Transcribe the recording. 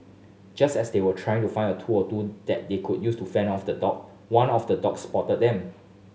just as they were trying to find a tool or two that they could use to fend off the dog one of the dogs spotted them